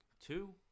two